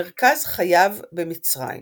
מרכז חייו במצרים